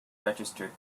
registered